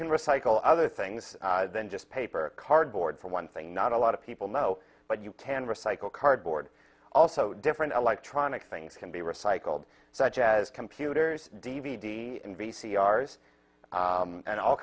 can recycle other things than just paper cardboard for one thing not a lot of people know but you can recycle cardboard also different electronic things can be recycled such as computers d v d and v c r s and all